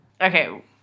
okay